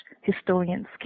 historians